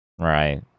Right